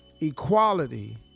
equality